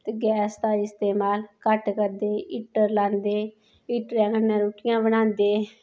ते गैस दा इस्तेमाल घट्ट करदे हीटर लांदे हीटरै कन्नै रुट्टिय़ां बनांदे